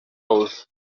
ous